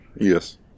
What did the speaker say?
yes